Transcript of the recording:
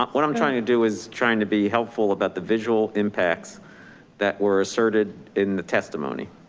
um what i'm trying to do is trying to be helpful about the visual impacts that were asserted in the testimony.